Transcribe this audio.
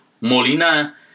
Molina